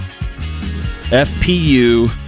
FPU